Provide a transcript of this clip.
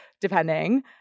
depending